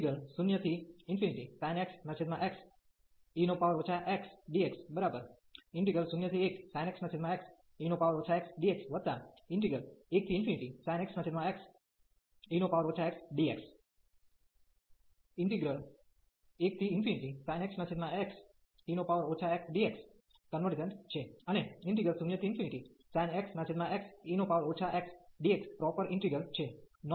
આ ઈન્ટિગ્રલ અહીં 0sin x xe x dx01sin x xe x dx1sin x xe x dx 1sin x xe x dx convergent છે અને 0sin x xe x dx proper integrals છે